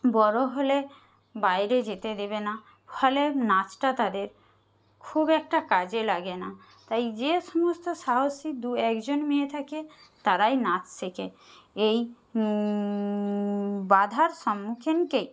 বড়ো হলে বাইরে যেতে দেবে না ফলে নাচটা তাদের খুব একটা কাজে লাগে না তাই যে সমস্ত সাহসী দু একজন মেয়ে থাকে তারাই নাচ শেখে এই বাঁধার সম্মুখীনকে